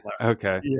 Okay